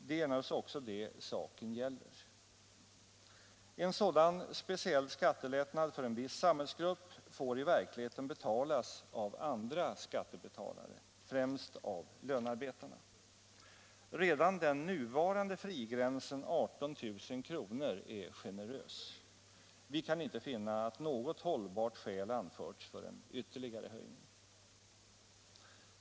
Det är naturligtvis också det saken gäller. En sådan speciell skattelättnad för en viss samhällsgrupp får i verkligheten betalas av andra skattebetalare, främst av lönearbetarna. Redan den nuvarande frigränsen, 18 000 kr., är generös. Vi kan inte finna att något hållbart skäl anförts för en ytterligare höjning.